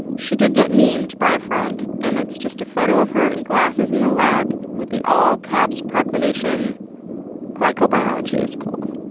she did get memed by a friend it's just a photo of her in glasses in the lab, with the all caps proclamation glycobiology is cool.